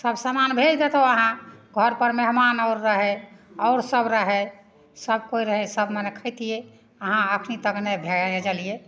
सब समान भेजि देतहुँ अहाँ घरपर मेहमान आओर रहै आओर सभ रहै सभकोइ रहै सभ मने खएतिए अहाँ एखन तक नहि भेजलिए